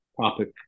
topic